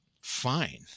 fine